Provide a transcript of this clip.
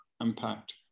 impact